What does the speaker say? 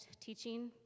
teaching